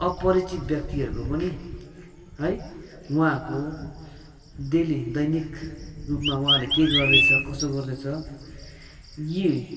अपरिचित व्यक्तिहरूको पनि है उहाँको डेली दैनिक रूपमा उहाँहरूले के गर्दैछ कसो गर्दैछ यी